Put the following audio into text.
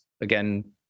again